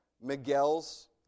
Miguel's